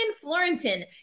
Florentin